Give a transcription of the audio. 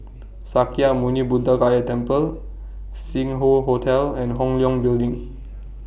Sakya Muni Buddha Gaya Temple Sing Hoe Hotel and Hong Leong Building